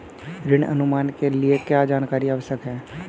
ऋण अनुमान के लिए क्या जानकारी आवश्यक है?